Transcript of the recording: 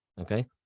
Okay